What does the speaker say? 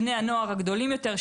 בני הנוער הגדולים יותר,